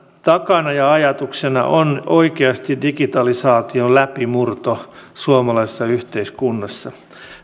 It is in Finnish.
takana ja ajatuksena on oikeasti digitalisaation läpimurto suomalaisessa yhteiskunnassa